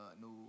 no